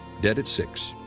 dead at six,